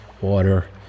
water